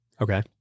Okay